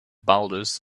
boulders